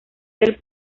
del